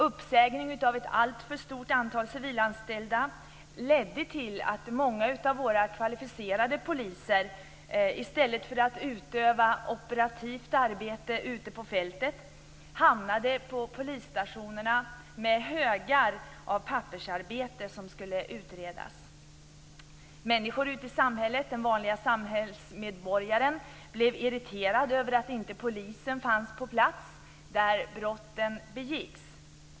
Uppsägning av ett alltför stort antal civilanställda ledde till att många av våra kvalificerade poliser i stället för att utöva operativ arbete ute på fältet hamnade på polisstationerna med högar av pappersarbete som skulle utföras. Människor ute i samhället, de vanliga samhällsmedborgarna, blev irriterade när polisen inte fanns på plats där brotten begicks.